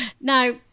Now